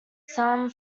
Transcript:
some